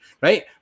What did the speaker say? right